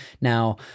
Now